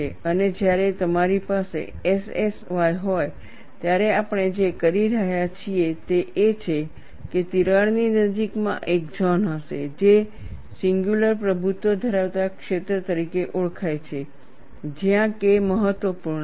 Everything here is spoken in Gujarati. અને જ્યારે તમારી પાસે SSY હોય ત્યારે આપણે જે કહી રહ્યા છીએ તે એ છે કે તિરાડની નજીકમાં એક ઝોન હશે જે સિંગયુલર પ્રભુત્વ ધરાવતા ક્ષેત્ર તરીકે ઓળખાય છે જ્યાં K મહત્વપૂર્ણ છે